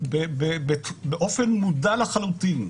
באופן מודע לחלוטין.